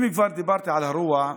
אם כבר דיברתי על הרוע,